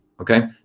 Okay